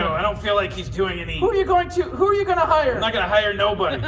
i don't feel like he's doing any who are you going to who are you going to hire? i'm not gonna hire nobody.